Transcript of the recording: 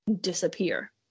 disappear